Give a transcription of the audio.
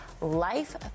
life